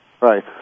Right